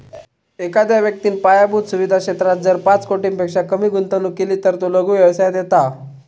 एखाद्या व्यक्तिन पायाभुत सुवीधा क्षेत्रात जर पाच कोटींपेक्षा कमी गुंतवणूक केली तर तो लघु व्यवसायात येता